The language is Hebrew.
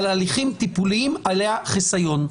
על הליכים טיפוליים היה חיסיון,